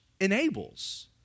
enables